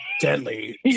deadly